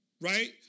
right